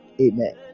amen